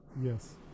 Yes